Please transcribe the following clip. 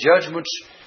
Judgments